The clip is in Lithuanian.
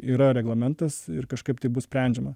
yra reglamentas ir kažkaip tai bus sprendžiama